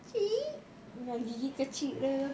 cik dengan gigi kecil dia